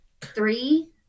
three